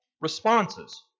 responses